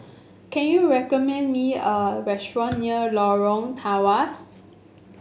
can you recommend me a restaurant near Lorong Tawas